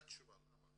מה התשובה, למה?